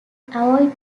avoid